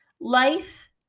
life